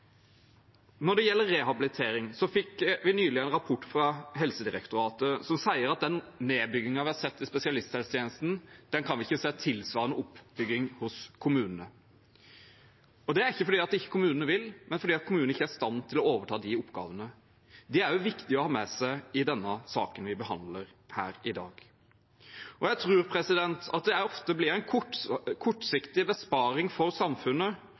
Når det gjelder rehabilitering, fikk vi nylig en rapport fra Helsedirektoratet som sier at nedbyggingen vi har sett i spesialisthelsetjenesten, kan vi ikke se tilsvarende oppbygging av hos kommunene. Det er ikke fordi kommunene ikke vil, men fordi kommunene ikke er i stand til å overta de oppgavene. Det er også viktig å ha med seg i den saken vi behandler her i dag. Jeg tror at det ofte blir en kortsiktig besparing for samfunnet